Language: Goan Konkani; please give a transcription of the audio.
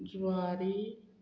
ज्वारी